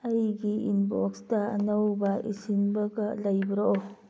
ꯑꯩꯒꯤ ꯏꯟꯕꯣꯛꯁꯇ ꯑꯅꯧꯕ ꯏꯁꯤꯟꯕꯒ ꯂꯩꯕ꯭ꯔꯣ